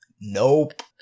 Nope